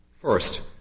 First